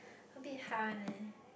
a bit hard one leh